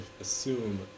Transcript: assume